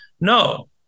no